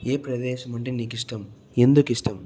ఏ ప్రదేశమంటే నీకు ఇష్టం ఎందుకు ఇష్టం